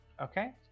Okay